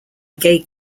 gay